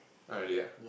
oh really ah